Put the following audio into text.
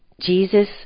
Jesus